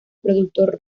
productor